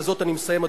ובזאת אני מסיים,